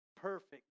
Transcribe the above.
perfect